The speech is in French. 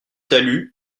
talus